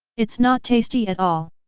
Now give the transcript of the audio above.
it's not tasty at all.